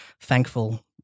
thankful